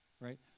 right